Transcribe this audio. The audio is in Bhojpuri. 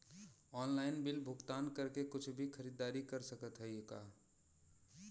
ऑनलाइन बिल भुगतान करके कुछ भी खरीदारी कर सकत हई का?